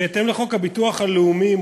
בהתאם לחוק הביטוח הלאומי,